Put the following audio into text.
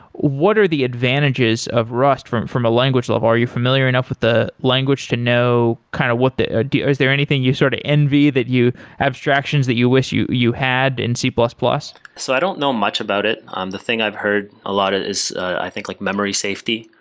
what are the advantages of rust from a ah language level? are you familiar enough with the language to know kind of what the idea? is there anything you sort of envy that you abstractions that you wish you you had in c plus plus? so i don't know much about it. um the thing i've heard a lot it is i think like memory safety.